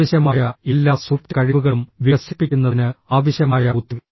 ആവശ്യമായ എല്ലാ സോഫ്റ്റ് കഴിവുകളും വികസിപ്പിക്കുന്നതിന് ആവശ്യമായ ബുദ്ധി